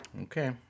Okay